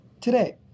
today